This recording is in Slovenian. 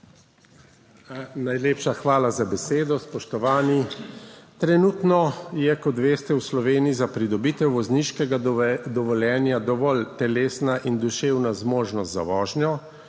Najlepša hvala za besedo. Spoštovani! Trenutno je, kot veste, v Sloveniji za pridobitev vozniškega dovoljenja dovolj telesna in duševna zmožnost za vožnjo,